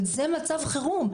אבל זה מצב חירום.